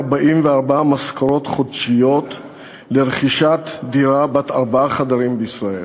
משכורות חודשיות לרכישת דירה בת ארבעה חדרים בישראל,